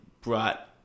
brought